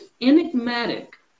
enigmatic